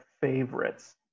favorites